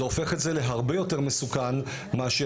זה הופך את זה להרבה יותר מסוכן מאשר